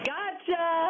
Gotcha